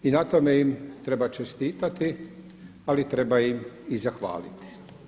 I na tome im treba čestitati, ali treba im i zahvaliti.